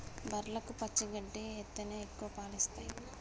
బర్లకు పచ్చి గడ్డి ఎత్తేనే ఎక్కువ పాలు ఇత్తయ్